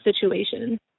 situation